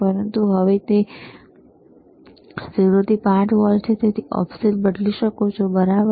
પરંતુ હવે તે 0 થી 5 વોલ્ટ છે તેથી તમે ઓફસેટ બદલી શકો છો બરાબર